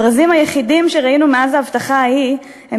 הברזים היחידים שראינו מאז ההבטחה ההיא הם